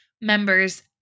members